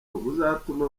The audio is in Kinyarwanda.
buzatuma